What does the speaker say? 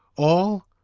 all?